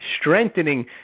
strengthening